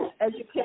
Education